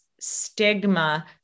stigma